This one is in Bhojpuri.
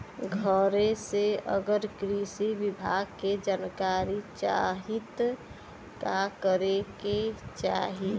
घरे से अगर कृषि विभाग के जानकारी चाहीत का करे के चाही?